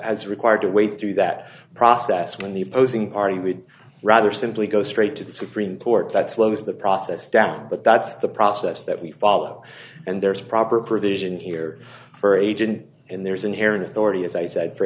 that as required to wait through that process when the opposing party would rather simply go straight to the supreme court that slows the process down but that's the process that we follow and there is proper provision here for agent and there is inherent authority as i said for